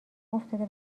افتاده